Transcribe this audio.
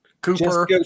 Cooper